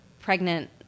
pregnant